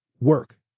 work